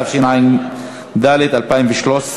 התשע"ד 2013,